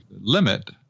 limit